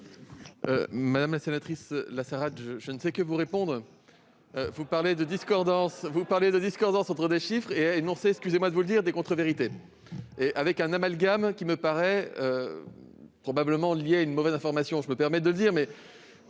Madame la sénatrice Lassarade, je ne sais que vous répondre. Vous parlez de discordance entre des chiffres et énoncez, excusez-moi de vous le dire, des contre-vérités. Vous faites un amalgame, qui me paraît probablement lié à une mauvaise information : je me permets de le dire,